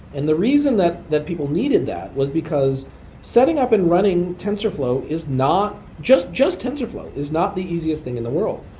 and the reason that that people needed that was because setting up and running tensorflow is not just just tensorflow is not the easiest thing in the world.